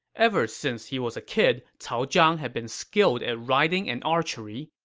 every since he was a kid, cao zhang had been skilled at riding and archery.